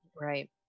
right